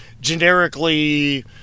generically